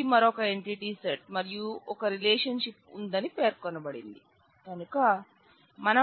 ఇది entity set E 1 నుంచి E 2 వరకు వన్